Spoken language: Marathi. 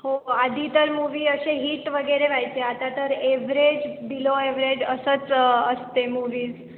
हो आधी तर मूव्ही असे हीट वगैरे व्हायचे आता तर एव्हरेज बिलो एव्हरेज असंच असते मूव्हीज